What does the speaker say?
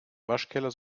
waschkeller